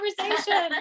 conversation